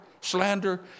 slander